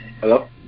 Hello